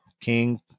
King